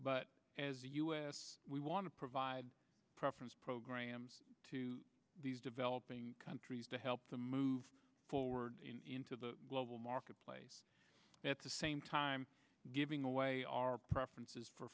but as the u s we want to provide preference programs to these developing countries to help them move forward into the global marketplace at the same time giving away our preferences for